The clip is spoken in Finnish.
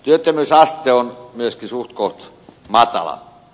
työttömyysaste on myöskin suhtkoht matala